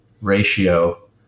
ratio